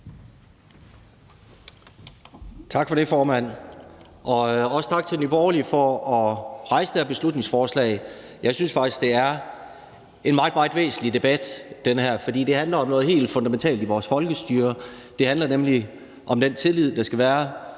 Tak for det, formand. Og også tak til Nye Borgerlige for at fremsætte det her beslutningsforslag. Jeg synes faktisk, det her er en meget, meget væsentlig debat, for det handler om noget helt fundamentalt i vores folkestyre. Det handler nemlig om den tillid, der skal være